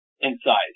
inside